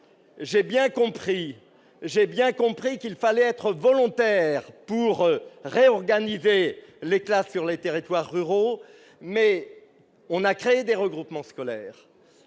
j'ai bien compris qu'il fallait être volontaire pour réorganiser les classes sur les territoires ruraux mais on a créé des regroupements scolaires